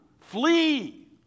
flee